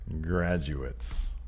graduates